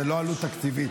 זו לא עלות תקציבית,